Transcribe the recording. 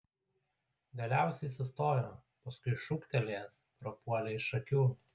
galiausiai sustojo paskui šūktelėjęs prapuolė iš akių